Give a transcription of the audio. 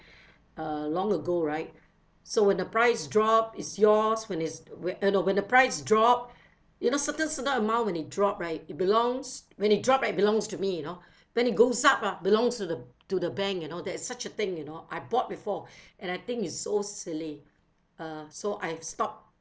err long ago right so when the price drop is yours when it's wh~ uh no when the price drop you know certain certain amount when it drop right it belongs when it drop right belongs to me you know then it goes up ah belongs to the to the bank you know that is such a thing you know I bought before and I think it's so silly uh so I've stopped